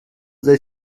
they